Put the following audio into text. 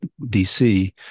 DC